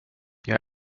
jag